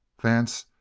vance,